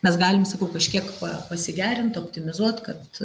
mes galim kažkiek pa pasigerint optimizuot kad